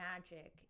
magic